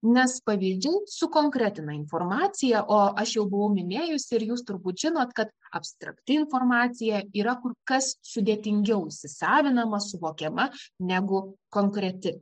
nes pavyzdžiai sukonkretina informaciją o aš jau buvau minėjusi ir jūs turbūt žinot kad abstrakti informacija yra kur kas sudėtingiau įsisavinama suvokiama negu konkreti